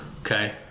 Okay